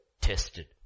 tested